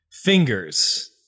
fingers